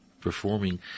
performing